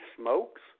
smokes